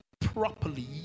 properly